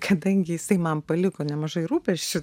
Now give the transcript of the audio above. kadangi jisai man paliko nemažai rūpesčių